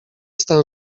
stan